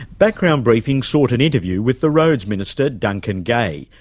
background briefing sought an interview with the roads minister, duncan gay,